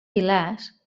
pilars